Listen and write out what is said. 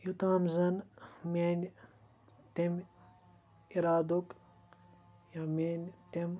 یوٚتام زَن مِیانہِ تمہِ اِرادُک یا میانہِ تمہِ